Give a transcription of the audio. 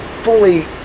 fully